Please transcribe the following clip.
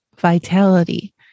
vitality